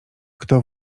kto